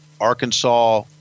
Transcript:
Arkansas